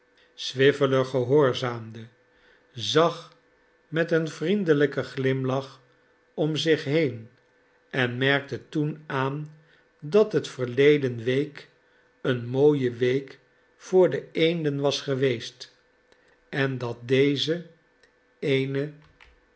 swiveller gehoorzaamde zag met een vriendelijken glimlach om zich heen en merkte toen aan dat het verleden week eene mooie week voor de eenden was geweest en dat deze eene